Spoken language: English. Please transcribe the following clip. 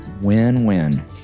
Win-win